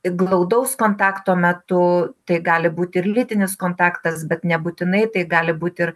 glaudaus kontakto metu tai gali būti ir lytinis kontaktas bet nebūtinai tai gali būti ir